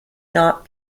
not